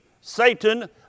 Satan